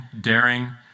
daring